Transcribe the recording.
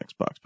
Xbox